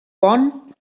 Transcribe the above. pont